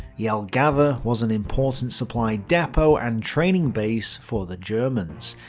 jelgava was an important supply depot and training base for the germans.